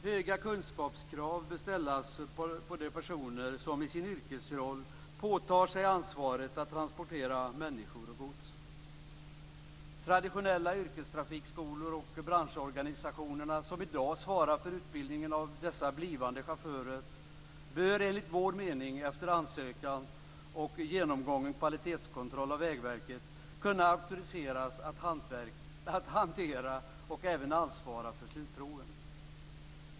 Höga kunskapskrav bör ställas på de personer som i sina yrkesroller påtar sig ansvaret att transportera människor och gods. De traditionella yrkestrafikskolor och de branschorganisationer som i dag svarar för utbildningen av blivande chaufförer bör enligt vår mening efter ansökan och genomgången kvalitetskontroll av Vägverket kunna auktoriseras att hantera och även ansvara för slutproven.